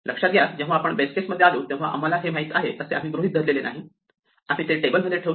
लक्षात घ्या जेव्हा आपण बेस केसमध्ये आलो तेव्हा आम्हाला ते माहित आहे असे आम्ही गृहित धरले नाही आम्ही ते टेबलमध्ये ठेवतो